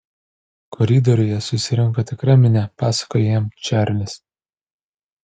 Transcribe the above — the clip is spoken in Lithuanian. koridoriuje susirinko tikra minia pasakojo jam čarlis